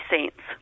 Saints